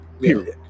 period